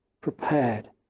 prepared